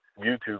YouTube